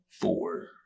four